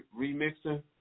remixing